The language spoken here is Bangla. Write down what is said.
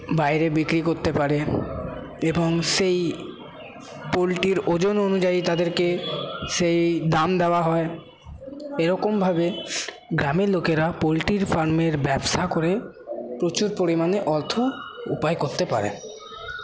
বাইরে বিক্রি করতে পারে এবং সেই পোলট্রির ওজন অনুযায়ী তাদেরকে সেই দাম দেওয়া হয় এরকমভাবে গ্রামের লোকেরা পোলট্রির ফার্মের ব্যবসা করে প্রচুর পরিমাণে অর্থ উপায় করতে পারে